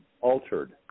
altered